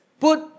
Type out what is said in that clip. put